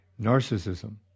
Narcissism